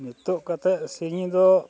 ᱱᱤᱛᱚᱜ ᱠᱟᱛᱮᱫ ᱫᱚ ᱥᱤᱧ ᱫᱚ